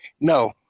No